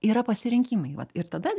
yra pasirinkimai vat ir tada